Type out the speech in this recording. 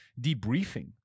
debriefing